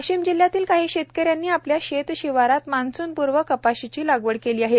वाशिम जिल्ह्यातील काही शेतकऱ्यांनी आपल्या शेतशिवारात मान्सूनपूर्व कपाशीची लागवड केली आली आहे